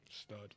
Stud